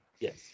Yes